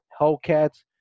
Hellcats